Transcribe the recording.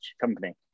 company